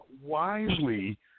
wisely